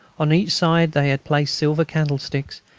on each side they had placed silver candlesticks,